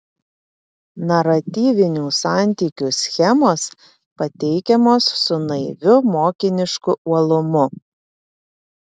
naratyvinių santykių schemos pateikiamos su naiviu mokinišku uolumu